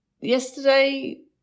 yesterday